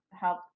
help